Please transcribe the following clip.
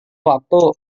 waktu